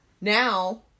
now